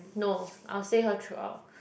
no I'll stay here throughout